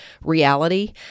reality